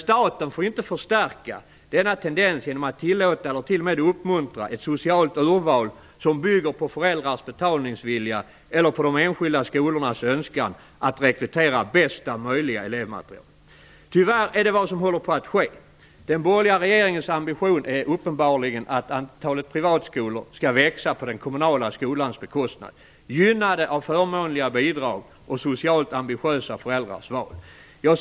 Men staten får inte förstärka denna tendens genom att tillåta eller t o m uppmuntra ett socialt urval som bygger på föräldrars betalningsvilja eller på de enskilda skolornas önskan att rekrytera ́bästa möjliga ́ elevmaterial. Den borgerliga regeringens ambition är uppenbarligen att antalet privatskolor skall växa på den kommunala skolans bekostnad, gynnade av förmånliga bidrag och socialt ambitiösa föräldrars val.